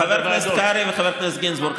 חבר הכנסת קרעי וחבר הכנסת גינזבורג,